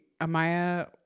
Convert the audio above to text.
amaya